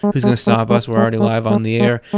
who's going to stop us. we're already live on the air.